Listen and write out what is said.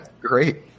great